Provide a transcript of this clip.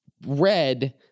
red